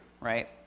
right